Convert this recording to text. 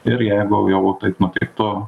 ir jeigu jau taip nutiktų